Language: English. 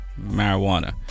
marijuana